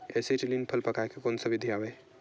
Acetylene फल पकाय के कोन सा विधि आवे?